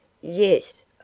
Yes